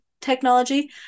technology